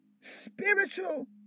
Spiritual